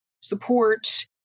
support